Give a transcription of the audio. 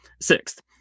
Sixth